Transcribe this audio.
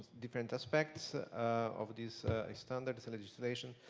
different aspects of this standards and legislation.